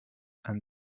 and